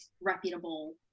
reputable